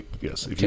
yes